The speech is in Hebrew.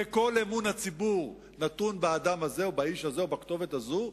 וכל אמון הציבור נתון לאדם הזה או לאיש הזה או לכתובת הזו,